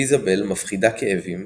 ויזאבל מפחיתה כאבים,